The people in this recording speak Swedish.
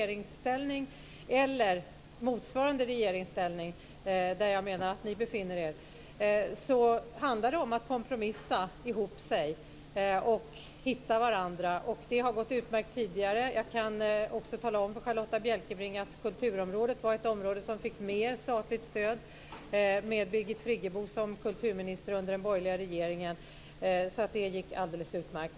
När man befinner sig i regeringsställning eller i ett läge motsvarande regeringsställning, där jag menar att ni befinner er, handlar det om att kompromissa och hitta varandra. Det har gått utmärkt tidigare. Jag kan också tala om för Charlotta Bjälkebring att kulturområdet var ett område som fick mer statligt stöd med Birgit Friggebo som kulturminister under den borgerliga regeringen. Det gick alltså alldeles utmärkt.